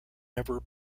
never